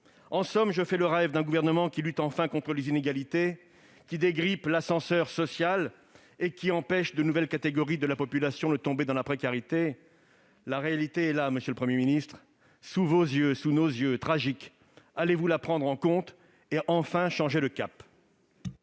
En somme, je fais le rêve d'un gouvernement qui lutte enfin contre les inégalités, qui dégrippe l'ascenseur social et qui empêche de nouvelles catégories de la population de tomber dans la précarité. Monsieur le Premier ministre, la réalité est là, sous vos yeux, sous nos yeux, tragique. Allez-vous la prendre en compte et enfin changer de cap ?